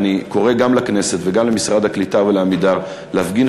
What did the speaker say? ואני קורא גם לכנסת וגם למשרד הקליטה ול"עמידר" להפגין